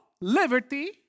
liberty